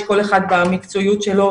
כל אחד במקצועיות שלו,